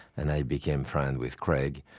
and i became friends with craig,